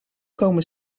komen